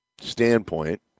standpoint